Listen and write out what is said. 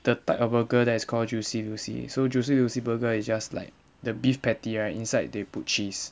the type of burger that is called juicy lucy so juicy lucy burger is just like the beef patty right inside they put cheese